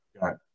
got